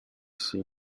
see